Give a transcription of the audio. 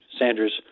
Sanders